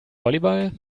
volleyball